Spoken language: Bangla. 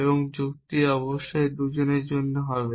এবং যুক্তি অবশ্যই দুজনের জন্য হবে